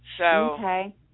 Okay